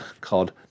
called